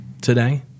today